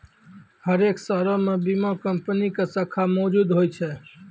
हरेक शहरो मे बीमा कंपनी के शाखा मौजुद होय छै